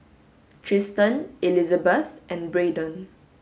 Tristen Elizbeth and Braedon